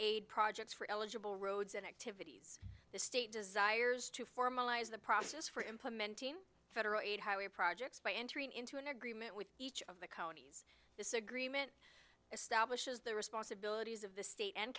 aid projects for eligible roads and activity the state desires to formalize the process for implementing federal aid highway projects by entering into an agreement with each of the counties this agreement establishes the responsibilities of the state and